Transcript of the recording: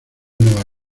nueva